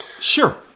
Sure